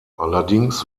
allerdings